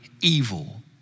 evil